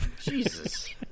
Jesus